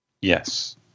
Yes